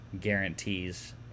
guarantees